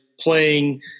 playing